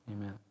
Amen